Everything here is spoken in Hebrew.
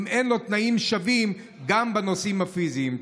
אם אין לו תנאים שווים גם בנושאים הפיזיים.